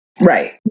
Right